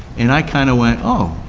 and i kinda went, oh,